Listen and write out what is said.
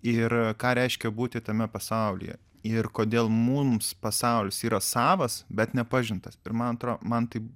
ir ką reiškia būti tame pasaulyje ir kodėl mums pasaulis yra savas bet nepažintas ir man atro man tai